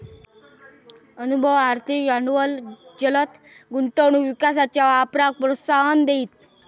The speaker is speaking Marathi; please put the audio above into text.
अनुभव, आर्थिक भांडवल जलद गुंतवणूक विकासाच्या वापराक प्रोत्साहन देईत